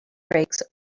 brakes